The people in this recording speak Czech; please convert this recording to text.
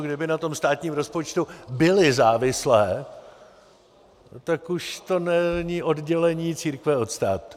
Kdyby na tom státním rozpočtu byly závislé, tak už to není oddělení církve od státu.